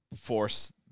force